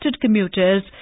commuters